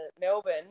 Melbourne